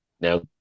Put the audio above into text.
Now